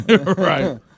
Right